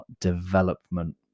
development